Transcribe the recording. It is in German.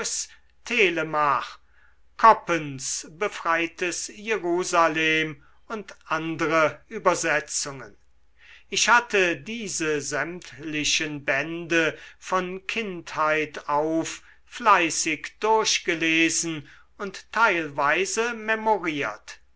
telemach koppens befreites jerusalem und andre übersetzungen ich hatte diese sämtlichen bände von kindheit auf fleißig durchgelesen und teilweise memoriert